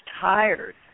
tired